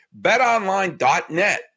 BetOnline.net